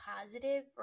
positive